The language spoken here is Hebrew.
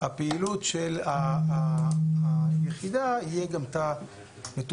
הפעילות של היחידה יהיה גם תא מתוכנן,